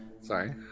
Sorry